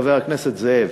חבר הכנסת זאב,